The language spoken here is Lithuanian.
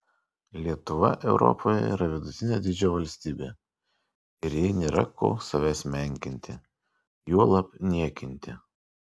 lietuva europoje yra vidutinio dydžio valstybė ir jai nėra ko savęs menkinti juolab niekinti